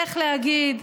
איך להגיד,